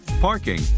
parking